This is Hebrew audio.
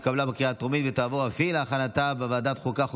התקבלה בקריאה הטרומית ותעבור להכנתה בוועדת החוקה,